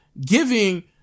giving